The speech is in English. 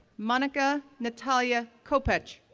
monika natalia kopec,